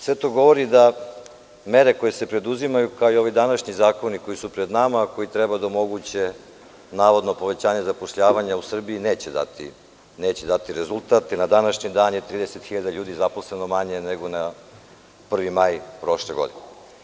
Sve to govori da mere koje se preduzimaju, kao i ovi današnji zakoni koji su pred nama, a koji treba da omoguće navodno povećavanje zapošljavanja u Srbiji, neće dati rezultat jer je na današnji dan 30.000 ljudi manje zaposleno nego za prvi maj prošle godine.